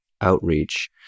outreach